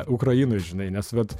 ukrainoj žinai nes vat